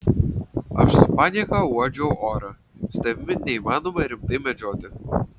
aš su panieka uodžiau orą su tavimi neįmanoma rimtai medžioti